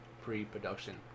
pre-production